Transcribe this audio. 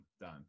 done